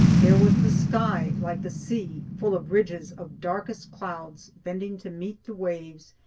there was the sky, like the sea, full of ridges of darkest clouds, bending to meet the waves,